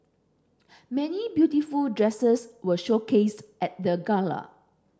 many beautiful dresses were showcased at the gala